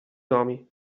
nomi